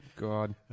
God